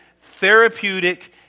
therapeutic